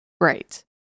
Right